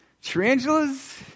Tarantulas